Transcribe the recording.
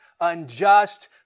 unjust